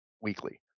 weekly